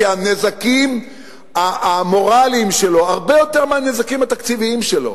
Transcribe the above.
הנזקים המורליים שלו גדולים הרבה יותר מהנזקים התקציביים שלו,